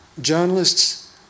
journalists